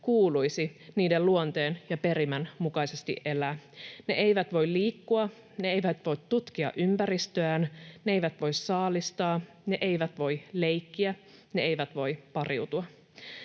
kuuluisi niiden luonteen ja perimän mukaisesti elää. Ne eivät voi liikkua, ne eivät voi tutkia ympäristöään, ne eivät voi saalistaa, ne eivät voi leikkiä, ne eivät voi pariutua.